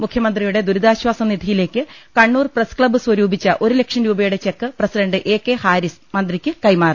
മുഖ്യമ ന്ത്രിയുടെ ദുരിതാശ്ചാസ നിധിയിലേക്ക് കണ്ണൂർ പ്രസ് ക്ലബ് സ്വരൂപിച്ച ഒരു ലക്ഷം രൂപയുടെ cheque president A K Haris മന്ത്രിക്ക് കൈമാറി